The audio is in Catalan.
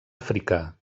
àfrica